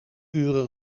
uren